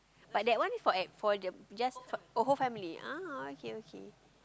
but that one is for ac~ for the just oh whole family ah okay okay